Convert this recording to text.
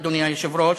אדוני היושב-ראש,